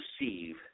receive